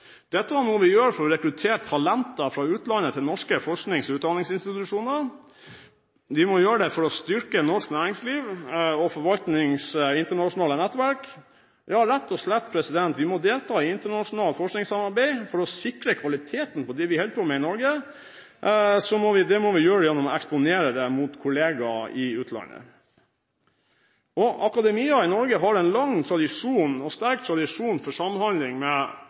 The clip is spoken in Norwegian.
Dette må vi gjøre for å rekruttere talenter fra utlandet til norske forsknings- og utdanningsinstitusjoner. Vi må gjøre det for å styrke norsk næringsliv og forvalte internasjonale nettverk, ja vi må rett og slett delta i internasjonalt forskningssamarbeid for å sikre kvaliteten på det vi holder på med i Norge. Det må vi gjøre gjennom å eksponere dette – mot kolleger i utlandet. Akademia i Norge har en lang og sterk tradisjon for samhandling med